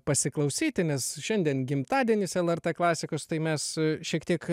pasiklausyti nes šiandien gimtadienis lrt klasikos tai mes šiek tiek